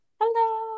Hello